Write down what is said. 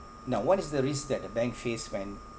now what is the risk that the bank face when